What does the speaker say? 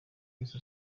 wese